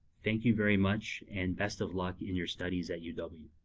thank you very much and best of luck in your studies at uw.